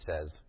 says